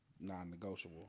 non-negotiable